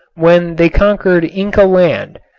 when they conquered inca-land,